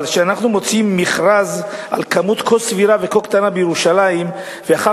אבל כשאנחנו מוציאים מכרז על כמות כה סבירה וכה קטנה בירושלים ואחר